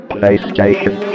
PlayStation